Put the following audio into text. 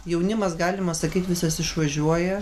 jaunimas galima sakyt visas išvažiuoja